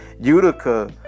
Utica